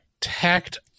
tacked